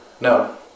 No